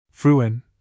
Fruin